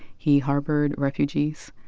he harbored refugees,